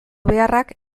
beharrak